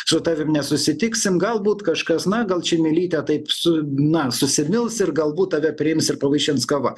su tavim nesusitiksim galbūt kažkas na gal čmilytė taip su na susimils ir galbūt tave priims ir pavaišins kava